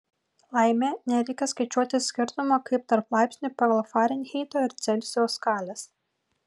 laimė nereikia skaičiuoti skirtumo kaip tarp laipsnių pagal farenheito ir celsijaus skales